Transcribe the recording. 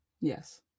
yes